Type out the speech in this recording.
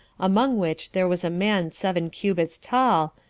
among which there was a man seven cubits tall,